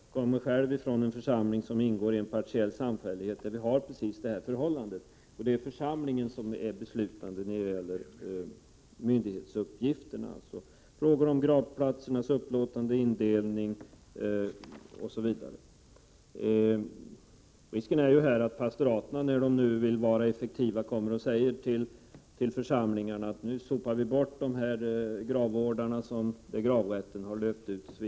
Jag kommer själv från en församling som ingår i en partiell samfällighet, där vi har precis det här förhållandet. Det är församlingen som är beslutande när det gäller myndighetsuppgifterna. I frågor om gravplatsernas upplåtande, indelning osv. är ju risken att pastoraten, när de vill vara effektiva, säger till församlingarna att nu sopar vi bort gravvårdarna där gravrätten har löpt ut.